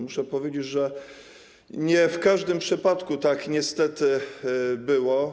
Muszę powiedzieć, że nie w każdym przypadku tak niestety było.